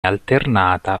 alternata